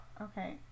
okay